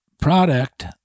product